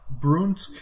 Brunsk